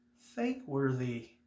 thankworthy